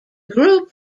group